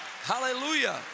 Hallelujah